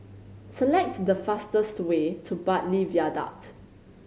select the fastest way to Bartley Viaduct